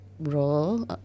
role